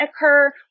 occur